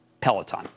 Peloton